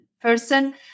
person